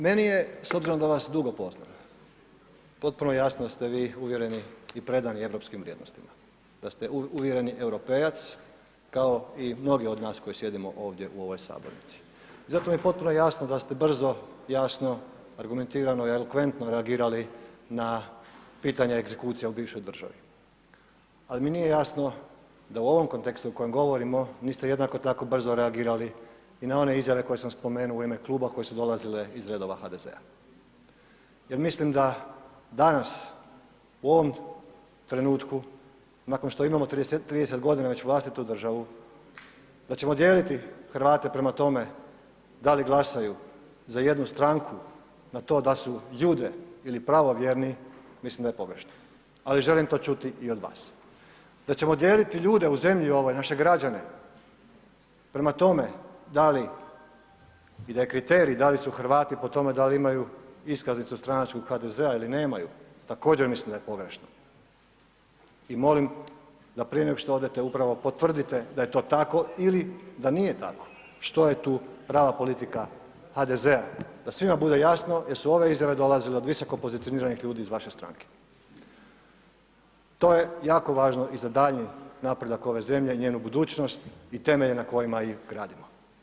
Meni je, s obzirom da vas dugo poznam, potpuno jasno da ste vi uvjereni i predani europskim vrijednostima, da ste uvjereni europejac kao i mnogi od nas koji sjedimo ovdje u ovoj sabornici, zato mi je potpuno jasno da ste brzo, jasno, argumentirano i elokventno reagirali na pitanje egzekucija u bivšoj državi, ali mi nije jasno da u ovom kontekstu o kojem govorimo niste jednako tako brzo reagirali i na one izjave koje sam spomenuo u ime kluba koje su dolazile iz redova HDZ-a jel mislim da danas u ovom trenutku nakon što imamo 30.g. već vlastitu državu da ćemo dijeliti Hrvate prema tome da li glasaju za jednu stranku, na to da su jude ili pravovjerni, mislim da je pogrešno, ali želim to čuti i od vas, da ćemo dijeliti ljudi u zemlji ovoj, naše građane, prema tome da li i da je kriterij da li su Hrvati po tome da li imaju iskaznicu stranačku HDZ-a ili nemaju, također mislim da je pogrešno i molim da prije nego što odete upravo potvrdite da je to tako ili da nije tako, što je tu prava politika HDZ-a, da svima bude jasno jer su ove izjave dolazile od visoko pozicioniranih ljudi iz vaše stranke, to je jako važno i za daljnji napredak ove zemlje i njenu budućnosti i temelje na kojima ih gradimo.